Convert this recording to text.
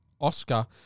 Oscar